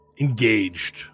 engaged